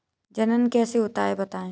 जनन कैसे होता है बताएँ?